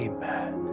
Amen